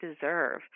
deserve